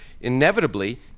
inevitably